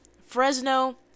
Fresno